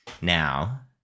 now